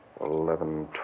Eleven